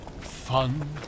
Fun